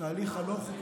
הלא-חוקי,